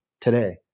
today